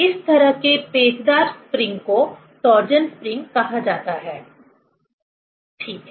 इस तरह के पेचदार स्प्रिंग को टार्जन स्प्रिंग कहा जाता है ठीक है